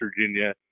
Virginia